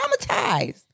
traumatized